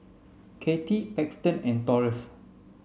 Kati Paxton and Taurus